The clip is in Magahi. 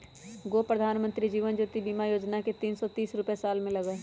गो प्रधानमंत्री जीवन ज्योति बीमा योजना है तीन सौ तीस रुपए साल में लगहई?